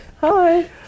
Hi